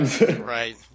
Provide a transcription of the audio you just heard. Right